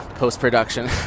post-production